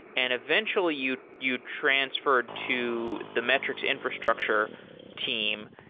and eventually you you transferred to the metrics infrastructure team.